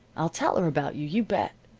i'll tell her about you, you bet.